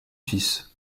fils